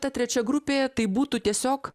ta trečia grupė tai būtų tiesiog